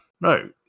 No